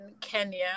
Kenya